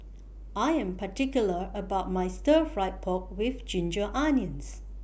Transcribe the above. I Am particular about My Stir Fried Pork with Ginger Onions